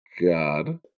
God